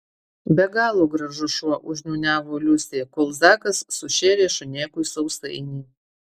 be galo gražus šuo užniūniavo liusė kol zakas sušėrė šunėkui sausainį